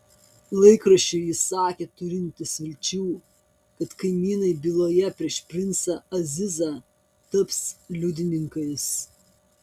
laikraščiui jis sakė turintis vilčių kad kaimynai byloje prieš princą azizą taps liudininkais